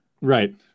right